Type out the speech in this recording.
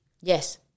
Yes